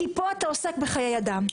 כי פה אתה עוסק בחיי אדם.